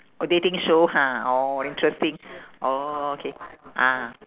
oh dating show ha orh interesting orh okay ah